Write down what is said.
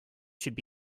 should